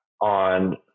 on